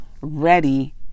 ready